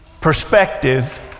Perspective